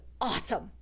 awesome